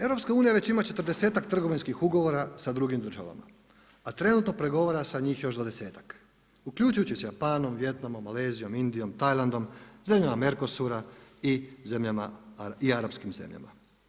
EU već ima 40—ak trgovinskih ugovora sa drugim državama a trenutno pregovara sa njih još 20-ak, uključujući sa Japanom, Vijetnamom, Malezijom, Indijom, Tajlandom, zemljama Mercosura i arapskim zemljama.